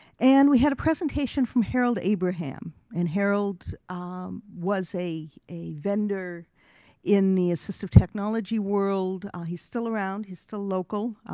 and we had a presentation from harold abraham. and harold um was a a vendor in the assistive technology world. he's still around. he's still local.